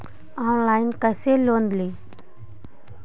Online कैसे loan ली?